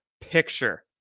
picture